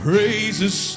praises